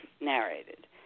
narrated